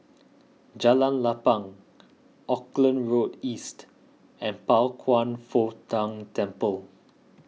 Jalan Lapang Auckland Road East and Pao Kwan Foh Tang Temple